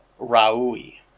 Raui